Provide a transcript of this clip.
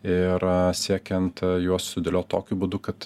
ir siekiant juos sudėliot tokiu būdu kad